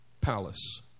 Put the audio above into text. palace